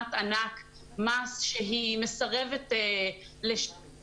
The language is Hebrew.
ומחברת ענק מס שהיא מסרבת לשלם,